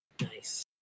Nice